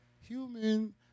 Human